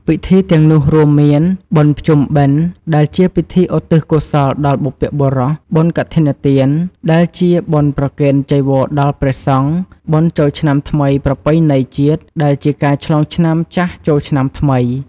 ពិធីទាំងនោះរួមមាន បុណ្យភ្ជុំបិណ្ឌ ដែលជាពិធីឧទ្ទិសកុសលដល់បុព្វបុរស, បុណ្យកឋិនទាន ដែលជាបុណ្យប្រគេនចីវរដល់ព្រះសង្ឃ, បុណ្យចូលឆ្នាំថ្មីប្រពៃណីជាតិ ដែលជាការឆ្លងឆ្នាំចាស់ចូលឆ្នាំថ្មី។